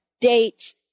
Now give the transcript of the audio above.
dates